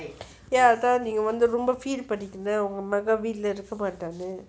ya அதா நீங்க வந்து ரொம்ப:atha nenga vanthu romba feel பண்ணிங்க:panninga leh மகன் வீட்டுல இருக்க மாட்டானு:magan veettula irukka maattanu